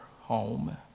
home